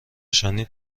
نشانی